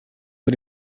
vor